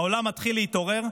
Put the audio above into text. העולם מתחיל להתעורר.